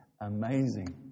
amazing